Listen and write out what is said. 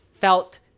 felt